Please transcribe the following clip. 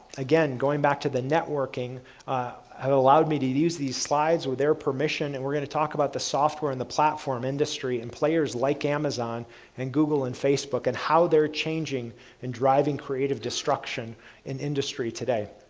again, going back to the networking have allowed me to use these slides with their permission, and we're going to talk about the software and the platform industry and players like amazon and google and facebook, and how they're changing and driving creative destruction in industry today.